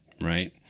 right